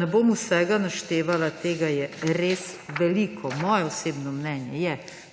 Ne bom vsega naštevala, tega je res veliko. Moje osebno mnenje je,